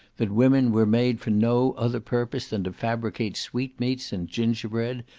that women were made for no other purpose than to fabricate sweetmeats and gingerbread,